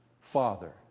Father